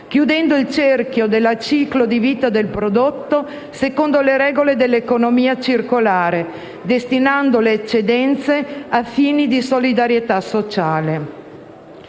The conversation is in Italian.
chiudendo il cerchio del ciclo di vita del prodotto secondo le regole dell'economia circolare, destinando le eccedenze a fini di solidarietà sociale.